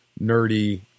nerdy